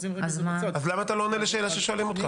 אז למה אתה לא עונה לשאלה ששואלים אותך?